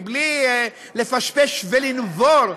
בלי לפשפש ולנבור,